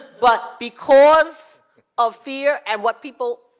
but because of fear and what people